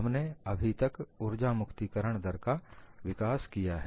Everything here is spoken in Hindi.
हमने अभी तक उर्जा मुक्तिकरण दर का विकास किया है